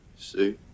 see